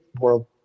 world